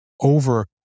over